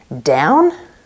down